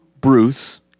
Bruce